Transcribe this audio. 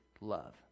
love